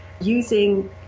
using